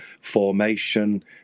formation